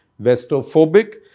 Westophobic